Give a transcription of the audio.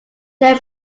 their